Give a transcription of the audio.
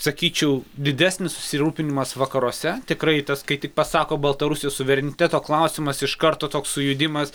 sakyčiau didesnis susirūpinimas vakaruose tikrai tas kai tik pasako baltarusijos suvereniteto klausimas iš karto toks sujudimas